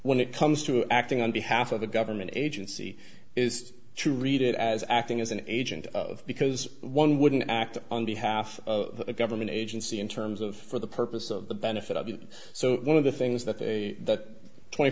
when it comes to acting on behalf of a government agency is to read it as acting as an agent because one wouldn't act on behalf of a government agency in terms of for the purpose of the benefit of it so one of the things that the twenty